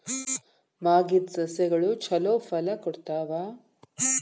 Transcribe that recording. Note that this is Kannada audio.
ಮಾಗಿದ್ ಸಸ್ಯಗಳು ಛಲೋ ಫಲ ಕೊಡ್ತಾವಾ?